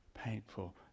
painful